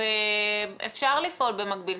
אפשר לפעול במקביל,